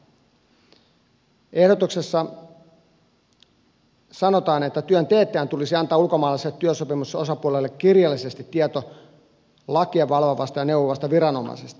ehdotuksessa sanotaan että työn teettäjän tulisi antaa ulkomaalaiselle työsopimusosapuolelle kirjallisesti tieto lakia valvovasta ja neuvovasta viranomaisesta